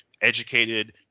educated